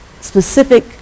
specific